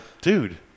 dude